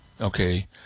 okay